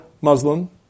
Muslim